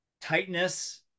tightness